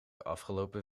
afgelopen